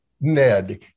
Ned